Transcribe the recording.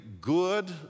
good